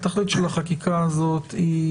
תכלית החקיקה הזאת היא